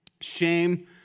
shame